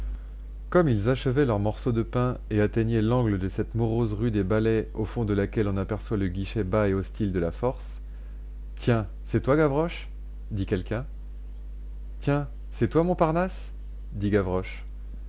comme ils achevaient leur morceau de pain et atteignaient l'angle de cette morose rue des ballets au fond de laquelle on aperçoit le guichet bas et hostile de la force tiens c'est toi gavroche dit quelqu'un tiens c'est toi montparnasse dit gavroche